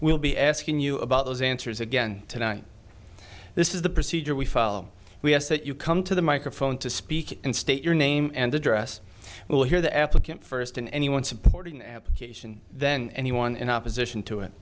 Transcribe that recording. will be asking you about those answers again tonight this is the procedure we follow we ask that you come to the microphone to speak and state your name and address we will hear the applicant first and anyone supporting an application then anyone in opposition to it